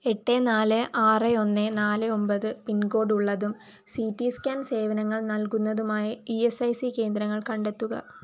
എട്ട് നാല് ആറ് ഒന്ന് നാല് ഒമ്പത് പിൻകോഡുള്ളതും സി ടി സ്കാൻ സേവനങ്ങൾ നൽകുന്നതുമായ ഇ എസ് ഐ സി കേന്ദ്രങ്ങൾ കണ്ടെത്തുക